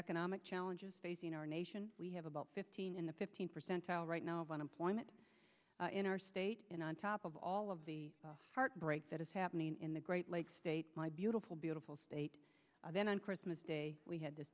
economic challenges facing our nation we have about fifteen in the fifteen percent tile right now of unemployment in our state and on top of all of the heartbreak that is happening in the great lakes states my beautiful beautiful state then on christmas day we had this